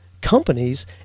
companies